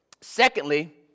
Secondly